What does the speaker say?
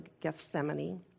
Gethsemane